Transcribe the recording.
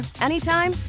anytime